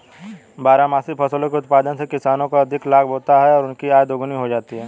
बारहमासी फसलों के उत्पादन से किसानों को अधिक लाभ होता है और उनकी आय दोगुनी हो जाती है